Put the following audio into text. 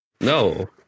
no